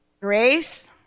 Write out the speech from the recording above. Grace